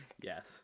Yes